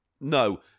No